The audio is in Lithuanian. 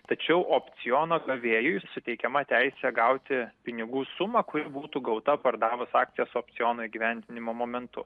tačiau opciono gavėjui suteikiama teisė gauti pinigų sumą kuri būtų gauta pardavus akcijas opciono įgyvendinimo momentu